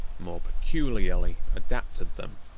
more peculiarly adapted them.